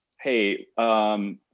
hey